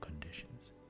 conditions